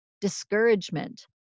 discouragement